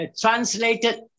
translated